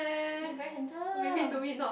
he very handsome